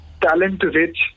talent-rich